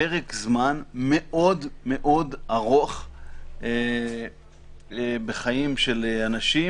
פרק זמן מאוד מאוד ארוך בחיים של אנשים